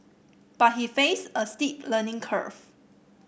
but he faced a steep learning curve